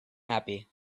happy